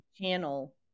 channel